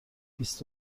بیست